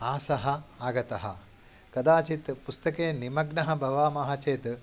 आशा आगता कदाचित् पुस्तके निमग्नाः भवामः चेत्